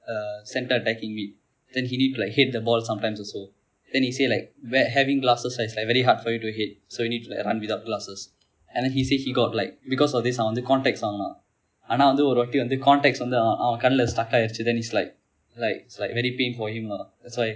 the centre attacking me then he need to like head the ball sometimes also then he say like when having glasses right it's like very hard for you to hit so you need to like run without glasses and then he say he got like because of this அவன் வந்து:avan vandthu contacts வாங்கினான் ஆனா வந்து ஒரு வாட்டி வந்து:vaangkinaan aana vandthu oru vaatdi vandthu contacts வந்து அவன் கண்ணில்:vandthu avan kannil stuck ஆகிவிட்டது:aagivitdathu then is like like is like very pain for him lah that's why